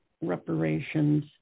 reparations